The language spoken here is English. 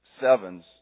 sevens